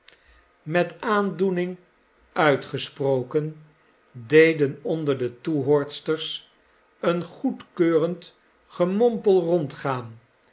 met aandoening uitgesproken deden onder de toehoorsters een goedkeurend gemompel rondgaan